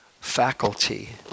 faculty